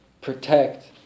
protect